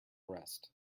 rest